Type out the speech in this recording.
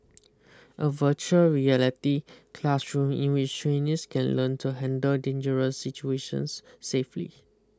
a virtual reality classroom in which trainees can learn to handle dangerous situations safely